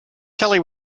kelly